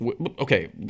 Okay